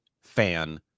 fan